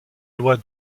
loi